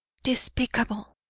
despicable!